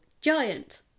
giant